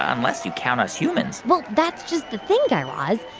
unless you count us humans well, that's just the thing, guy raz.